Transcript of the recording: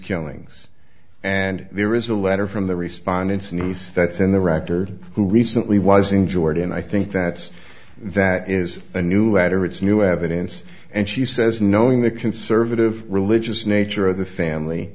killings and there is a letter from the responding to news that's in the record who recently was in jordan i think that that is a new letter it's new evidence and she says knowing the conservative religious nature of the family